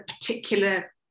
particular